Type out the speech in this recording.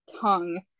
tongue